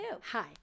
Hi